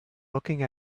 looking